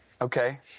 Okay